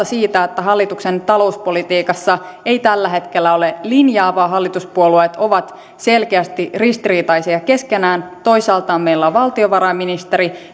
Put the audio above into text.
siitä että hallituksen talouspolitiikassa ei tällä hetkellä ole linjaa vaan hallituspuolueet ovat selkeästi ristiriitaisia keskenään toisaalta meillä on valtiovarainministeri